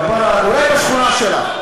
אולי בשכונה שלך.